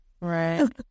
Right